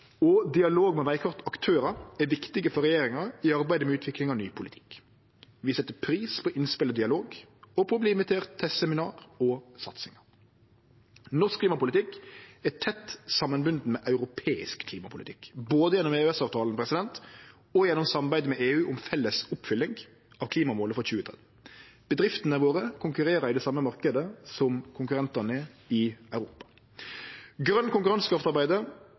og dialog med vegkartaktørar er viktige for regjeringa i arbeidet med utviklinga av ny politikk. Vi set pris på innspel og dialog og på å verte invitert til seminar og satsingar. Norsk klimapolitikk er tett bunden saman med europeisk klimapolitikk, både gjennom EØS-avtalen og gjennom samarbeidet med EU om felles oppfylling av klimamålet for 2030. Bedriftene våre konkurrerer i den same marknaden som konkurrentane i Europa.